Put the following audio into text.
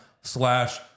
slash